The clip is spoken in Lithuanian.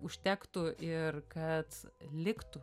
užtektų ir kad liktų